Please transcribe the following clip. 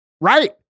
right